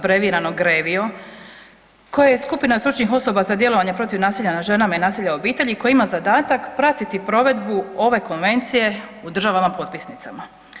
GREVIO koje je skupina stručnih osoba za djelovanje protiv nasilja nad ženama i nasilja u obitelji koje ima zadatak pratiti provedbu ove konvencije u državama potpisnicama.